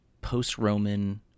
post-Roman-